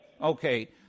Okay